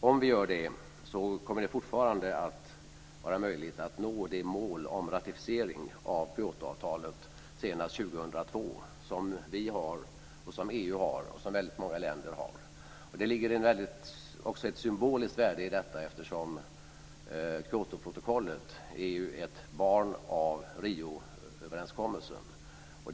Om vi gör det kommer det fortfarande att vara möjligt att nå det mål för ratificering av Kyotoavtalet senast 2002 som vi har, som EU har och som väldigt många länder har. Det ligger också ett symboliskt värde i detta, eftersom Kyotoprotokollet är ett barn av Rioöverenskommelsen.